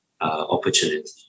opportunity